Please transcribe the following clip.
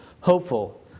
hopeful